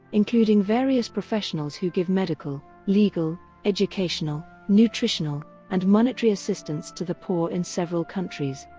including various professionals who give medical, legal, educational, nutritional, and monetary assistance to the poor in several countries.